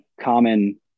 common